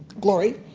glory.